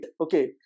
Okay